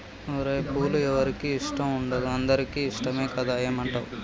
ఓరై పూలు ఎవరికి ఇష్టం ఉండదు అందరికీ ఇష్టమే కదా ఏమంటావ్